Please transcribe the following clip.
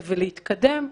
ולהתקדם.